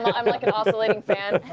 i'm like an oscillating fan.